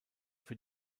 für